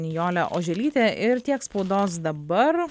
nijole oželyte ir tiek spaudos dabar